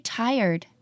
tired